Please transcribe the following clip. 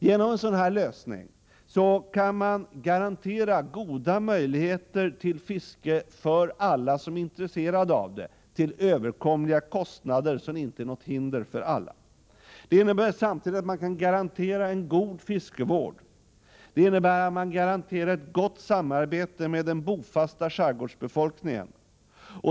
Genom en sådan lösning kan man garantera goda möjligheter till fiske för alla som är intresserade av det till överkomliga kostnader — så att kostnaden inte blir något hinder för någon. Det innebär samtidigt att man kan garantera en god fiskevård. Vidare kan man med detta system garantera ett gott samarbete med den bofasta skärgårdsbefolkningen.